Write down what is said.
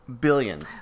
Billions